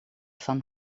van